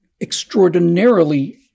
extraordinarily